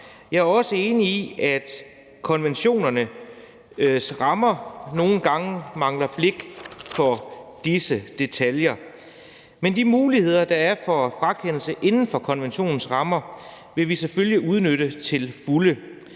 Jeg er også enig i, at konventionernes rammer nogle gange mangler blik for disse detaljer. Men de muligheder for frakendelse, der er inden for konventionens rammer, vil vi selvfølgelig udnytte til fulde.